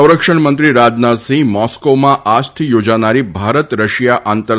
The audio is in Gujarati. સંરક્ષણ મંત્રી રાજનાથસિંહ મીસ્કોમાં આજથી યોજાનારી ભારત રશિયા આંતર